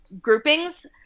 groupings